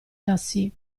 tassi